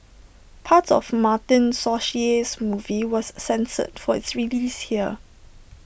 parts of Martin Scorsese's movie was censored for its release here